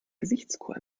gesichtskur